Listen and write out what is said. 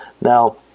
Now